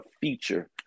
feature